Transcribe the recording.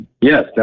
Yes